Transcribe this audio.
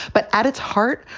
but at its heart,